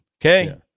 okay